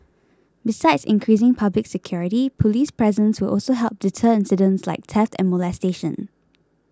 besides increasing public security police presence will also help deter incidents like theft and molestation